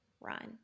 run